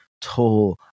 toll